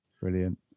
Brilliant